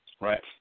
right